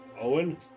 Owen